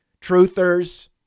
truthers